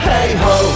Hey-ho